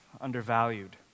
undervalued